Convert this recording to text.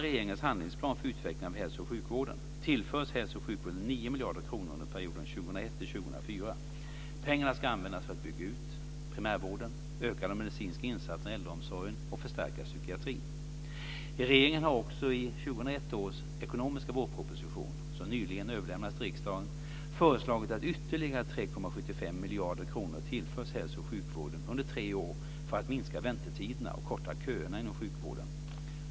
Regeringen har också i 2001 års ekonomiska vårproposition, som nyligen överlämnades till riksdagen, föreslagit att ytterligare 3,75 miljarder kronor tillförs hälso och sjukvården under tre år för att minska väntetiderna och korta köerna inom sjukvården.